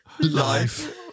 Life